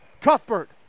Cuthbert